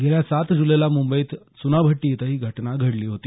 गेल्या सात जुलैला मुंबईत च्नाभट्टी इथं ही घटना घडली होती